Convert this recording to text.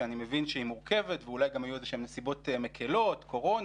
שאני מבין שהיא מורכבת ואולי גם היו איזה שהן נסיבות מקלות כמו קורונה,